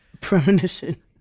premonition